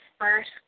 first